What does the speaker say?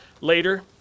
later